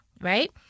right